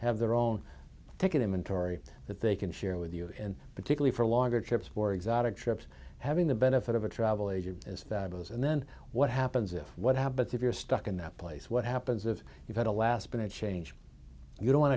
have their own take an inventory that they can share with you in particular for longer trips for exotic trips having the benefit of a travel agent as that was and then what happens if what happens if you're stuck in that place what happens if you had a last minute change you don't want